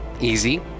easy